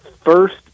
first